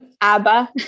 ABBA